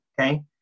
Okay